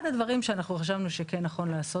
אחד הדברים שאנחנו חשבנו שכן נכון לעשות